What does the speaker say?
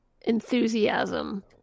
enthusiasm